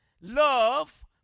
love